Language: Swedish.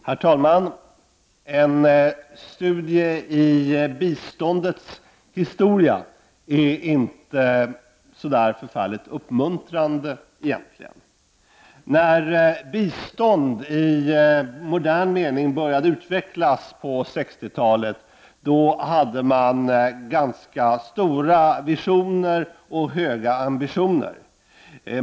Herr talman! Det är egentligen inte särskilt uppmuntrande att göra en studie i biståndets historia. När bistånd i modern mening började utvecklas på 1960-talet hade man ganska stora visioner och höga ambitioner.